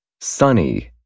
sunny